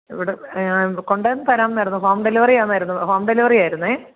ഇവിടെ കൊണ്ടു വന്നു തരാം എന്നായിരുന്നു ഹോം ഡെലിവറി ആയിരുന്നു ഹോം ഡെലിവറി ആയിരുന്നു